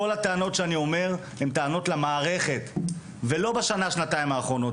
כל הטענות שלי הן למערכת ולא בשנה-שנתיים האחרונות,